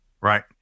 Right